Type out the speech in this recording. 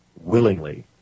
willingly